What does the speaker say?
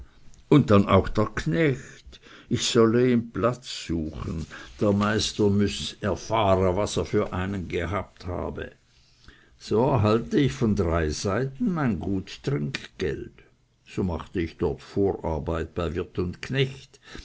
und dann auch der knecht ich solle ihm platz suchen der meister müeß erfahre was für einen er gehabt habe dann erhalte ich von drei seiten mein gut trinkgeld so machte ich dort vorarbeit bei wirt und knecht